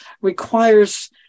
requires